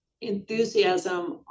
Enthusiasm